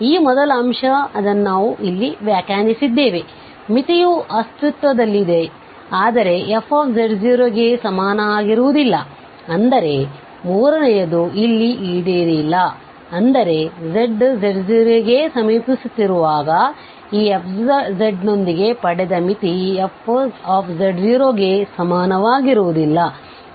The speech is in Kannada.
ಈ ಮೊದಲ ಅಂಶ ಅದನ್ನು ನಾವು ಅಲ್ಲಿ ವ್ಯಾಖ್ಯಾನಿಸಿದ್ದೇವೆ ಮಿತಿಯು ಅಸ್ತಿತ್ವದಲ್ಲಿದೆ ಆದರೆ f ಗೆ ಸಮನಾಗಿರುವುದಿಲ್ಲ ಅಂದರೆ ಮೂರನೆಯದು ಇಲ್ಲಿ ಈಡೇರಿಲ್ಲ ಅಂದರೆ z z0 ಗೆ ಸಮೀಪಿಸುತ್ತಿರುವಾಗ ಈ fನೊಂದಿಗೆ ಪಡೆದ ಮಿತಿ fಗೆ ಸಮನಾಗಿರುವುದಿಲ್ಲ